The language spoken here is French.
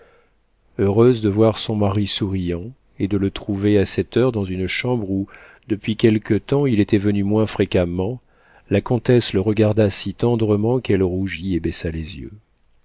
heureuse de voir son mari souriant et de le trouver à cette heure dans une chambre où depuis quelque temps il était venu moins fréquemment la comtesse le regarda si tendrement qu'elle rougit et baissa les yeux